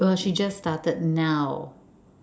well she just started now